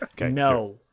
No